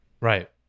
Right